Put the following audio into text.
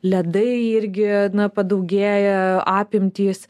ledai irgi na padaugėja apimtys